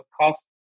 cost